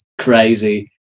crazy